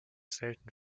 selten